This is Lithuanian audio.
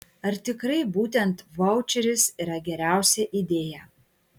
ar tikrai būtent vaučeris yra geriausia idėja